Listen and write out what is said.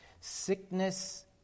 Sickness